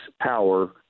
power